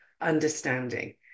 understanding